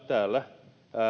täällä